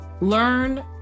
Learn